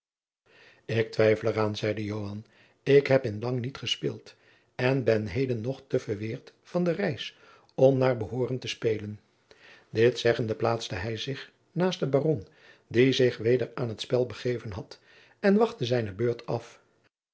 ik twijfel er aan zeide joan ik heb in lang niet gespeeld en ben heden nog te verweerd van de reis om naar behooren te spelen dit zeggende plaatste hij zich naast den baron die jacob van lennep de pleegzoon zich weder aan het spel begeven had en wachtte zijne beurt af